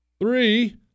Three